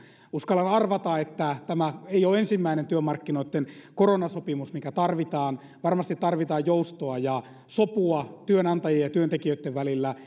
uskallan arvata että tämä ei ole ensimmäinen työmarkkinoitten koronasopimus mikä tarvitaan varmasti tarvitaan joustoa ja sopua työnantajien ja työntekijöitten välillä